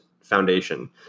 foundation